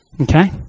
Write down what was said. Okay